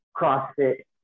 CrossFit